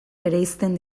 bereizten